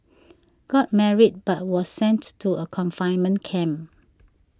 got married but was sent to a confinement camp